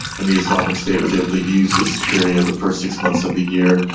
and the islamic state was able to use this period, the first six months of the year,